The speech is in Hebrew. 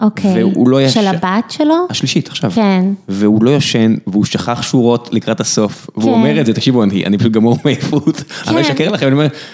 אוקיי, של הבת שלו? השלישית, עכשיו. והוא לא ישן, והוא שכח שורות לקראת הסוף, והוא אומר את זה, תקשיבו, אני פשוט גמור מעייפות, אני לא אשקר לכם, אני אומר...